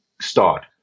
start